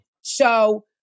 So-